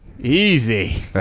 easy